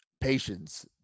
Patience